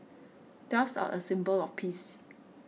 doves are a symbol of peace